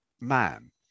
man